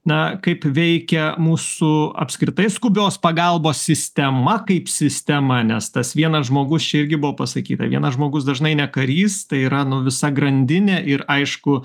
na kaip veikia mūsų apskritai skubios pagalbos sistema kaip sistema nes tas vienas žmogus čia irgi buvo pasakyta vienas žmogus dažnai ne karys tai yra nu visa grandinė ir aišku